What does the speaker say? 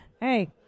Hey